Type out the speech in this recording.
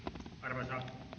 arvoisa